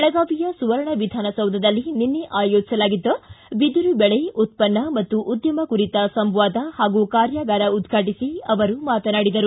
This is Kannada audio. ಬೆಳಗಾವಿ ಸುವರ್ಣ ವಿಧಾನಸೌಧದಲ್ಲಿ ನಿನ್ನೆ ಆಯೋಜಿಸಲಾಗಿದ್ದ ಬಿದಿರು ಬೆಳೆ ಉತ್ಪನ್ನ ಮತ್ತು ಉದ್ಯಮ ಕುರಿತ ಸಂವಾದ ಹಾಗೂ ಕಾರ್ಯಾಗಾರ ಉದ್ವಾಟಿಸಿ ಅವರು ಮಾತನಾಡಿದರು